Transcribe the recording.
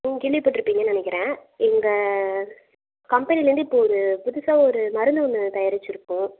நீங்கள் கேள்விப்பட்டிருப்பீங்கன்னு நினைக்கிறேன் எங்கள் கம்பெனியிலேருந்து இப்போது ஒரு புதுசாக ஒரு மருந்து ஒன்று தயாரித்திருக்கோம்